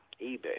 eBay